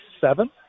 seven